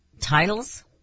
titles